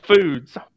Foods